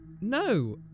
No